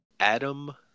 adam